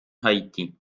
haiti